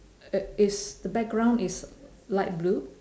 uh is the background is light blue